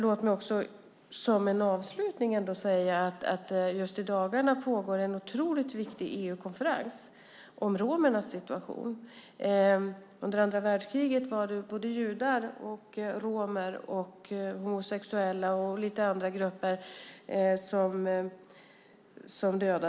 Låt mig som avslutning säga att det i dagarna pågår en otroligt viktig EU-konferens om romernas situation. Under andra världskriget dödades såväl judar som romer, homosexuella och andra grupper.